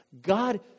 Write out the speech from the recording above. God